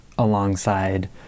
alongside